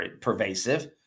pervasive